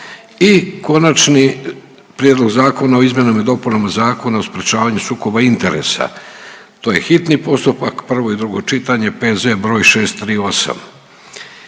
- Konačni prijedlog zakona o izmjenama i dopunama Zakona o sprečavanju sukoba interesa, hitni postupak, prvo i drugo čitanje, P.Z. br. 638.